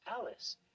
Alice